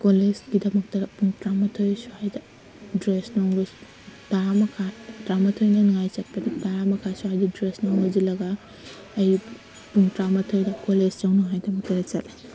ꯀꯣꯂꯦꯖꯀꯤꯗꯃꯛꯇ ꯄꯨꯡ ꯇꯔꯥꯃꯊꯣꯏ ꯁ꯭ꯋꯥꯏꯗ ꯗꯔꯦꯁ ꯅꯨꯡ ꯇꯔꯥꯃꯈꯥꯏ ꯇꯔꯥꯃꯊꯣꯏ ꯅꯪꯅꯤꯉꯥꯏ ꯆꯠꯄꯗꯣ ꯇꯔꯥꯃꯈꯥꯏ ꯁ꯭ꯋꯥꯏꯗ ꯗꯔꯦꯁ ꯅꯨꯡ ꯂꯣꯏꯁꯤꯜꯂꯒ ꯑꯩ ꯄꯨꯡ ꯇꯔꯥꯃꯊꯣꯏꯗ ꯀꯣꯂꯦꯖ ꯌꯧꯅꯤꯉꯥꯏꯒꯤꯗꯃꯛꯇ ꯑꯩ ꯆꯠꯂꯦ